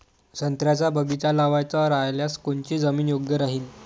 संत्र्याचा बगीचा लावायचा रायल्यास कोनची जमीन योग्य राहीन?